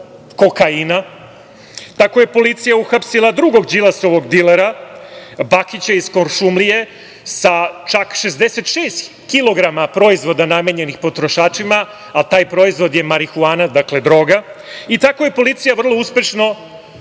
kokaina. Tako je policija uhapsila i drugog Đilasovog dilera Bakića iz Kuršumlije sa čak 66 kg proizvoda namenjenih potrošačima, a taj proizvod je marihuana, dakle droga, i tako je policija vrlo uspešno